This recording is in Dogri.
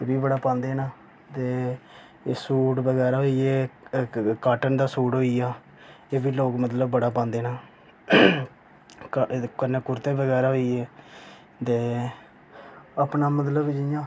ओब्बी बड़ा पांदे न ते सूट बगैरा होई गे इक काटन दा सूट होई गेआ एब्बी लोग मतलब बड़ा पांदे न एह्दे कन्नै कुर्ते बगैरा होई गे ते अपना मतलब जियां